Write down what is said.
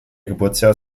geburtsjahr